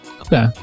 Okay